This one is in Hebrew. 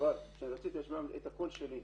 חבל, רציתי שהם ישמעו את הקול שלי.